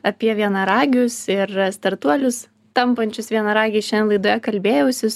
apie vienaragius ir startuolius tampančius vienaragiais šiandien laidoje kalbėjausi